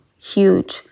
huge